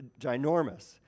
ginormous